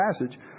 passage